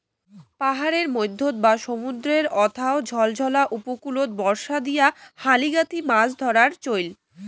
পাহাড়ের মইধ্যত বা সমুদ্রর অথাও ঝলঝলা উপকূলত বর্ষা দিয়া হালি গাঁথি মাছ ধরার চইল